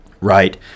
right